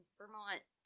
Vermont